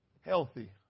healthy